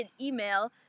email